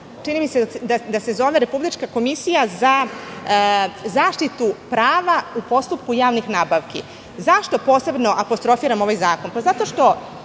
Čini mi se da se zove Republička komisija za zaštitu prava u postupku javnih nabavki. Zašto posebno apostrofiram ovaj zakon?